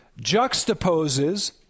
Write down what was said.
juxtaposes